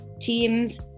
teams